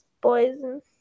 Poison